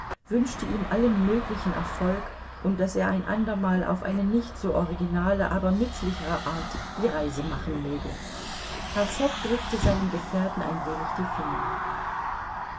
wünschte ihm allen möglichen erfolg und daß er ein andermal auf eine nicht so originale aber nützlichere art die reise machen möge herr fogg drückte seinem gefährten ein wenig die finger